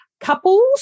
couples